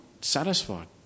satisfied